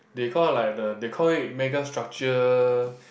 they call like the they call it mega structure